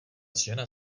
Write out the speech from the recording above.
žena